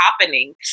happening